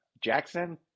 Jackson